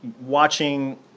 watching